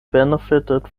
benefited